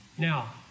Now